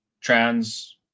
trans